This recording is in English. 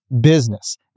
business